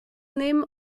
nehmen